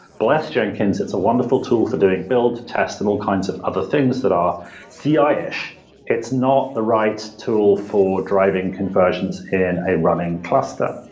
bless jenkins, it's a wonderful tool for doing build tests and all kinds of other things that are ah ci-ish. it's not the right tool for driving conversions in a running cluster,